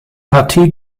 partie